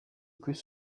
plus